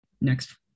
next